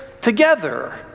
together